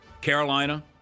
Carolina